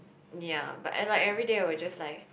yea but and like everyday I will just like